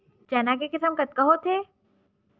चना के किसम कतका होथे?